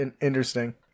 Interesting